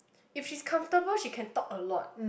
if she's comfortable she can talk a lot